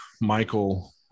Michael